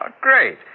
Great